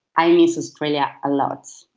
i miss australia a lot,